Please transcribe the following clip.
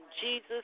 Jesus